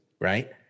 right